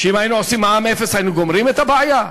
שאם היינו עושים מע"מ אפס היינו גומרים את הבעיה?